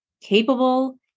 capable